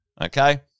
Okay